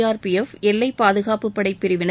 RPF எல்லை பாதுகாப்பப்படைப் பிரிவினர்